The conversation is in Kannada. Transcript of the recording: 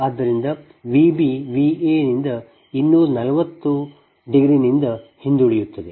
ಆದ್ದರಿಂದ ಮತ್ತು V b V a ನಿಂದ 240ನಿಂದ ಹಿಂದುಳಿಯುತ್ತದೆ